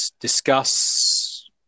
discuss